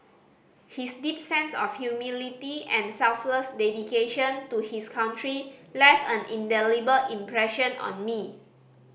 his deep sense of humility and selfless dedication to his country left an indelible impression on me